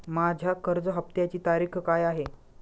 माझ्या कर्ज हफ्त्याची तारीख काय आहे?